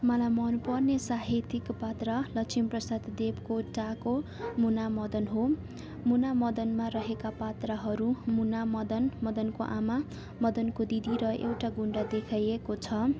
मलाई मन पर्ने साहित्यिक पात्र लक्ष्मीप्रसाद देवकोटाको मुनामदन हो मुनामदनमा रहेका पात्रहरू मुना मदन मदनको आमा मदनको दिदी र एउटा गुन्डा देखाइएको छ